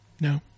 No